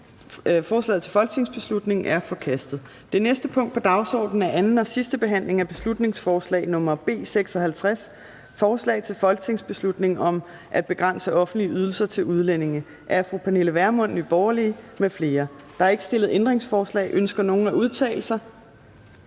Forslaget til folketingsbeslutning er forkastet. --- Det næste punkt på dagsordenen er: 10) 2. (sidste) behandling af beslutningsforslag nr. B 56: Forslag til folketingsbeslutning om at begrænse offentlige ydelser til udlændinge. Af Pernille Vermund (NB) m.fl. (Fremsættelse 10.12.2019. 1. behandling